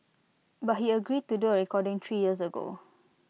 but he agreed to do A recording three years ago